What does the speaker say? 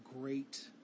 great